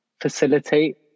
facilitate